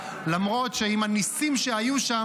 למרות שעם הניסים שהיו שם,